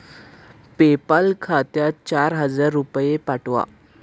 PayPal खात्यात चार हजार रुपये पाठवा